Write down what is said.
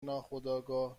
ناخودآگاه